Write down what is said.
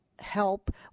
help